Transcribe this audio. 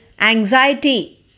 anxiety